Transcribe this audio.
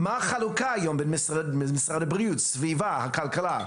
מה החלוקה היום בין משרד הבריאות, סביבה וכלכלה?